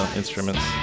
instruments